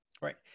Right